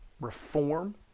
reform